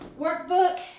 workbook